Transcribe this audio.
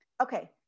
okay